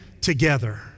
together